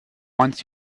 wants